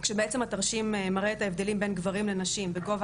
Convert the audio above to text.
כשבעצם התרשים מראה את ההבדלים בין גברים לנשים בגובה